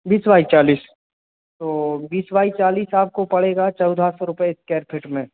बीस बाय चालीस तो बीस बाय चालीस आपको पड़ेगा चौदा सौ रुपये स्क्वायर फिट में